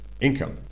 income